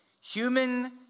Human